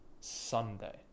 Sunday